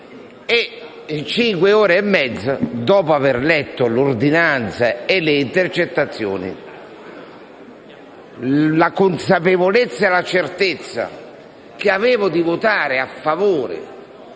dopo cinque ore e mezzo, dopo aver letto l'ordinanza e le intercettazioni, rispetto alla consapevolezza e alla certezza che avevo di votare a favore